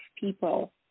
people